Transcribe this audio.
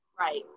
Right